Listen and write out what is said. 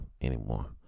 anymore